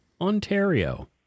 Ontario